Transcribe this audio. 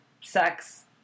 sex